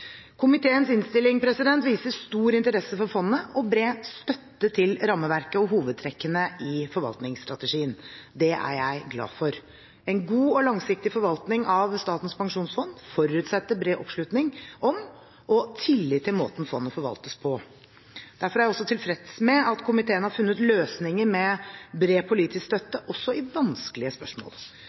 Komiteens innstilling viser stor interesse for fondet og bred støtte til rammeverket og hovedtrekkene i forvaltningsstrategien. Det er jeg glad for. En god og langsiktig forvaltning av Statens pensjonsfond forutsetter bred oppslutning om og tillit til måten fondet forvaltes på. Derfor er jeg også tilfreds med at komiteen har funnet løsninger med bred politisk støtte også i vanskelige spørsmål.